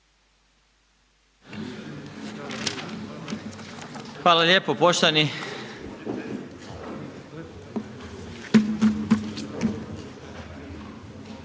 Hvala lijepo poštovani